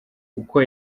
uko